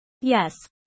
Yes